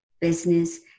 business